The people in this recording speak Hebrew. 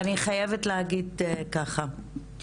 ואני חייבת להגיד ככה,